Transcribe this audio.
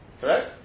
Correct